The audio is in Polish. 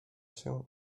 się